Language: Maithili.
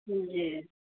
जी